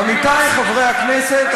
עמיתי חברי הכנסת,